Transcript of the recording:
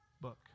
book